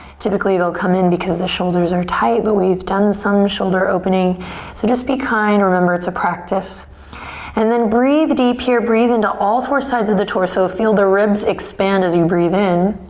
typically they'll come in because the shoulders are tight. but we've done some shoulder opening so just be kind. remember it's a practice and then breathe deep here. breathe into all four sides of the torso. feel the ribs expand as you breathe in.